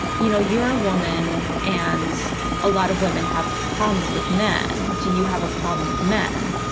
you know you're a woman and a lot of women have problems with men, do you have a problem with men?